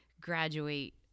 graduate